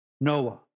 Noah